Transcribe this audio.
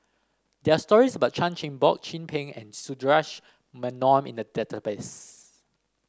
there are stories about Chan Chin Bock Chin Peng and Sundaresh Menon in the database